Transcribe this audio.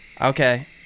Okay